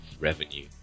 revenue